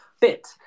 bit